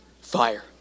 fire